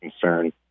concern